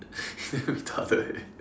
you damn retarded eh